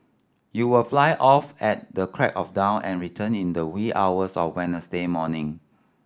you will fly off at the crack of dawn and return in the wee hours of Wednesday morning